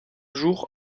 jour